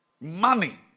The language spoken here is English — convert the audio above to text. money